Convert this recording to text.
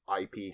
IP